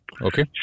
Okay